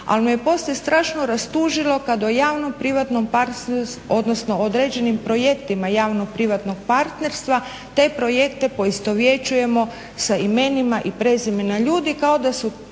kad o javno-privatno partnerstvo odnosno određenim projektima javno-privatno partnerstva te projekte poistovjećujemo sa imenima i prezimenima ljudi kao da su